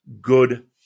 good